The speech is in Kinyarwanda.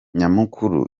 nyamukuru